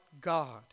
God